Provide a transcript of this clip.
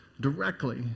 directly